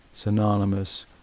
synonymous